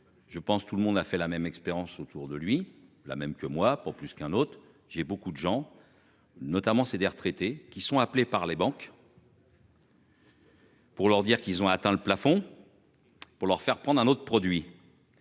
Je pense tout le monde a fait la même expérience autour de lui la même que moi pour plus qu'un autre. J'ai beaucoup de gens. Notamment c'est des retraités qui sont appelés par les banques. Pour leur dire qu'ils ont atteint le plafond. Pour leur faire prendre un autre produit.